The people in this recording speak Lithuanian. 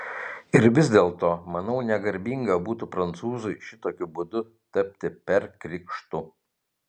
ir vis dėlto manau negarbinga būtų prancūzui šitokiu būdu tapti perkrikštu